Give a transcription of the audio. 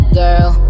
girl